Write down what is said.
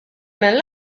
mill